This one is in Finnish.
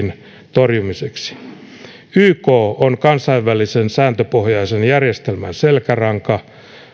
torjumiseksi yk on kansainvälisen sääntöpohjaisen järjestelmän selkäranka